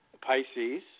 Pisces